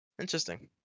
Interesting